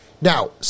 Now